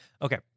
Okay